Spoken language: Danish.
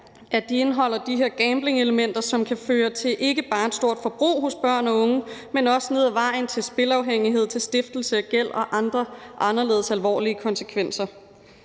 indeholder de her gamblingelementer, som kan føre ikke bare til et stort forbrug hos børn og unge, men også ned ad vejen til spilafhængighed og til stiftelse af gæld og have andre anderledes alvorlige konsekvenser.